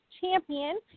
champion